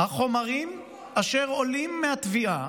"החומרים אשר עולים מהתביעה",